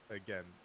again